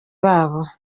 babo